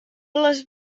les